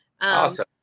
Awesome